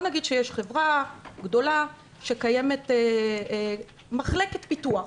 בוא נגיד שיש חברה גדולה שקיימת בה מחלקת פיתוח,